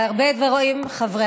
הרבה דברים חברתיים.